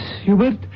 Hubert